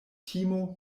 timo